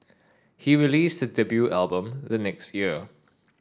he released his debut album the next year